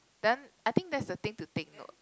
then I think that's the thing to take note